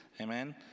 amen